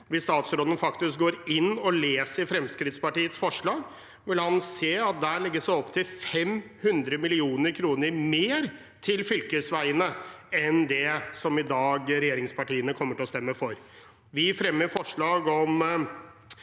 Hvis statsråden faktisk går inn og leser Fremskrittspartiets forslag, vil han se at det legges opp til 500 mill. kr mer til fylkesveiene enn det regjeringspartiene kommer til å stemme for i dag.